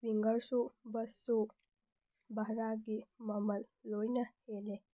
ꯋꯤꯡꯒ꯭ꯔꯁꯨ ꯕꯁꯁꯨ ꯚꯔꯥꯒꯤ ꯃꯃꯜ ꯂꯣꯏꯅ ꯍꯦꯜꯂꯦ